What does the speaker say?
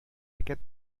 aquest